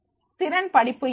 திறன் படிப்பு எது